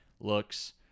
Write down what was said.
looks